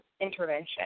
intervention